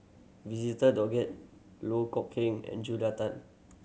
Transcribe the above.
Visitor Doggett Loh Kok Keng and Julia Tan